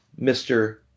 Mr